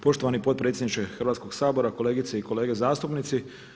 Poštovani potpredsjedniče Hrvatskoga sabora, kolegice i kolege zastupnici.